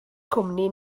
cwmni